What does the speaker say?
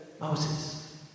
Moses